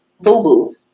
boo-boo